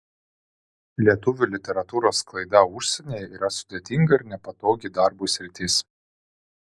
lietuvių literatūros sklaida užsienyje yra sudėtinga ir nepatogi darbui sritis